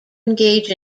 engage